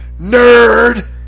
nerd